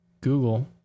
Google